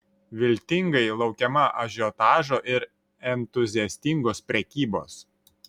viltingai laukiama ažiotažo ir entuziastingos prekybos